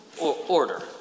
order